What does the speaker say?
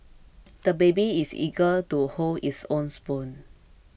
the baby is eager to hold his own spoon